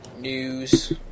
news